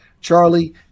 Charlie